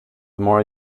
more